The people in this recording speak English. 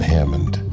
Hammond